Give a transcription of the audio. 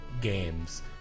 games